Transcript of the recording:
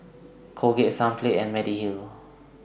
Colgate Sunplay and Mediheal